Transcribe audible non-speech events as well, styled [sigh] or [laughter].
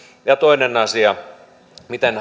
ja ja toinen asia miten [unintelligible]